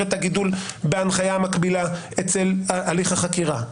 את הגידול בהנחיה המקבילה אצל הליך החקירה,